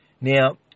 Now